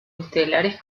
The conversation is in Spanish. estelares